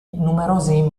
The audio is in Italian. numeroso